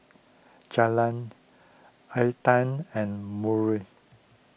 Julian Aedan and Murl